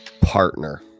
Partner